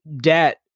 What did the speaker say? debt